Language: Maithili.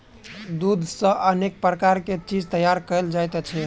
दूध सॅ अनेक प्रकारक चीज तैयार कयल जाइत छै